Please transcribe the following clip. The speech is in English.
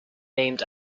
named